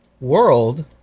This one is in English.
world